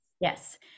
Yes